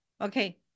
okay